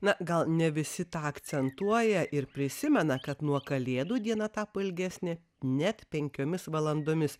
na gal nevisi tą akcentuoja ir prisimena kad nuo kalėdų diena tapo ilgesnė net penkiomis valandomis